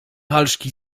halszki